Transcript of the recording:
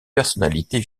personnalités